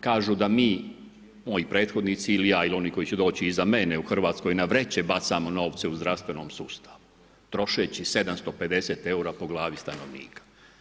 Kažu da mi, moji prethodnici ili ja, ili oni koji će doći iza mene u Hrvatskoj, na vreće bacamo novce u zdravstvenom sustavu trošeći 750 eura po glavi stanovnika.